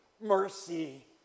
mercy